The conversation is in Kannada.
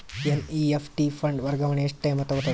ಎನ್.ಇ.ಎಫ್.ಟಿ ಫಂಡ್ ವರ್ಗಾವಣೆ ಎಷ್ಟ ಟೈಮ್ ತೋಗೊತದ?